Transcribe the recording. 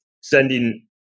sending